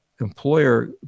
employer